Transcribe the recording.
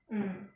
mm